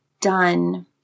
done